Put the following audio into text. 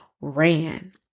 ran